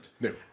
No